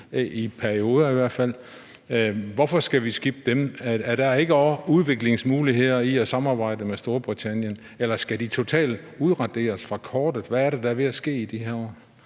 i perioder. Hvorfor skal vi skippe dem? Er der ikke også udviklingsmuligheder i at samarbejde med Storbritannien? Eller skal de totalt udraderes fra kortet? Hvad er det, der er ved at ske i de her år?